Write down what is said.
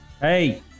Hey